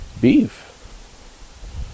beef